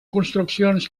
construccions